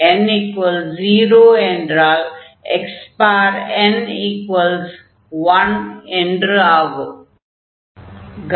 n0 என்றால் xn1 என்று ஆகும்